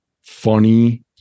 funny